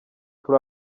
turi